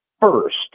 first